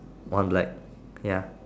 on like ya